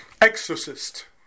Exorcist